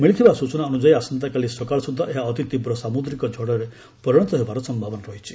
ମିଳିଥିବା ସୂଚନା ଅନୁଯାୟୀ ଆସନ୍ତାକାଲି ସକାଳ ସୁଦ୍ଧା ଏହା ଅତିତୀବ୍ର ସାମୁଦ୍ରିକ ଝଡ଼ରେ ପରିଣତ ହେବାର ସମ୍ଭାବନା ରହିଛି